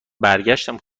برگشتم